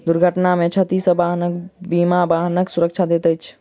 दुर्घटना में क्षति सॅ वाहन बीमा वाहनक सुरक्षा दैत अछि